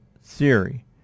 theory